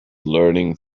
learning